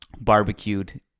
barbecued